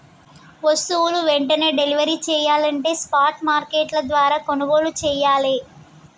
వస్తువులు వెంటనే డెలివరీ చెయ్యాలంటే స్పాట్ మార్కెట్ల ద్వారా కొనుగోలు చెయ్యాలే